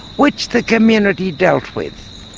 which the community dealt with.